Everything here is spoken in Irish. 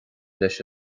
leis